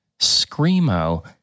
screamo